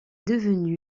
devenu